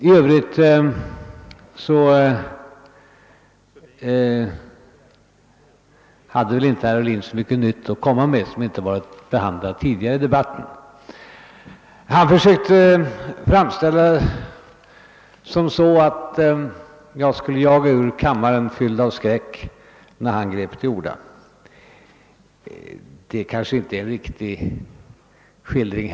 I övrigt hade väl inte herr Ohlin så mycket nytt att komma med som inte har behandlats tidigare i debatten. Herr Ohlin försökte ge intryck av att jag skulle jaga ut ur kammaren, fylld av skräck, när han tog till orda. Inte heller det är en riktig skildring.